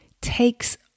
takes